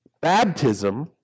Baptism